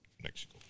Mexico